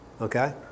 Okay